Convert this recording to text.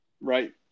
right